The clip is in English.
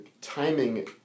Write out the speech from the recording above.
timing